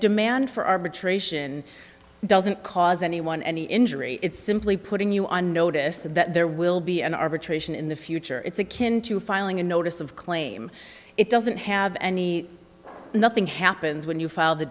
demand for arbitration doesn't cause anyone any injury it's simply putting you on notice that there will be an arbitration in the future it's akin to filing a notice of claim it doesn't have any nothing happens when you file the